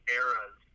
eras